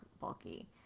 bulky